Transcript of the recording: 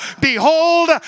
Behold